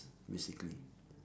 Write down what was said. basically